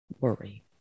worry